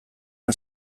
han